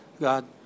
God